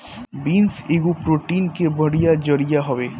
beans एगो protein के बढ़िया जरिया हवे